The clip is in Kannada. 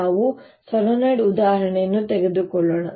ನಾವು ಸೊಲೆನಾಯ್ಡ್ನ ಉದಾಹರಣೆಯನ್ನು ತೆಗೆದುಕೊಳ್ಳೋಣ